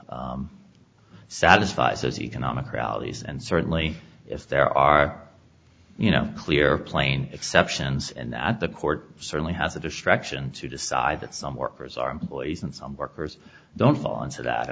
satisfies those economic realities and certainly if there are you know clear plain exceptions and that the court certainly has a distraction to decide that some workers are employees and some workers don't fall into that i